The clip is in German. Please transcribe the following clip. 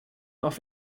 auf